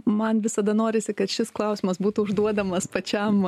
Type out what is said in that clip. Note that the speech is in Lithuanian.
man visada norisi kad šis klausimas būtų užduodamas pačiam